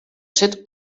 sit